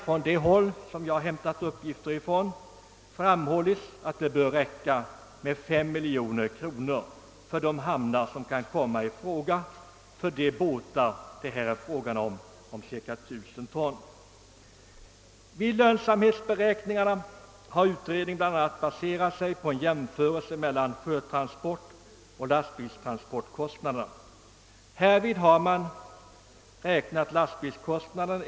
Från det håll där jag har inhämtat upplysningar har framhållits att det bör räcka med 5 miljoner kronor för de hamnar som kan komma i fråga för paragrafbåtar på cirka 1 000 ton. Utredningen har baserat lönsamhetsberäkningarna på en jämförelse mellan kostnaderna för sjötransport och lastbilstransport.